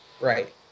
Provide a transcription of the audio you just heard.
right